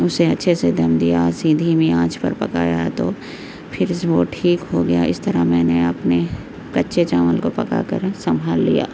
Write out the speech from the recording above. اسے اچھے سے دم دیا اسے دھیمی آنچ پر پکایا تو پھر سے وہ ٹھیک ہو گیا اس طرح میں نے اپنے کچے چاول کو پکا کر سنبھال لیا